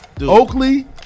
Oakley